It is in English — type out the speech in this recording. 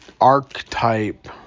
archetype